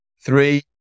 three